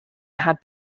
had